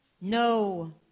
No